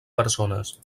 persones